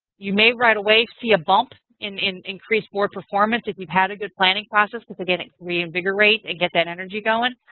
you may right away see a bump in in increased board performance if we've had a good planning process. because again, we invigorate and get that energy going.